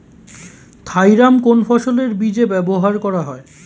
Thiram কোন ফসলের বীজে ব্যবহার করা হয়?